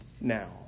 now